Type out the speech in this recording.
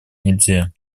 нельзя